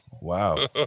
Wow